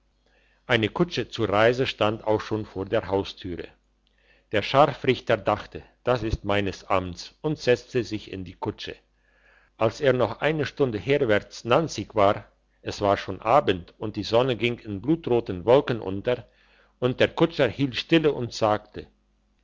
eine kutsche zur reise stand auch schon vor der haustüre der scharfrichter dachte das ist meines amts und setzte sich in die kutsche als er noch eine stunde herwärts nanzig war es war schon abend und die sonne ging in blutroten wolken unter und der kutscher hielt stille und sagte